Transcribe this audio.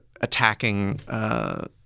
attacking